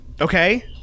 Okay